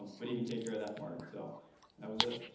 but he can take care of that part. and so that was it.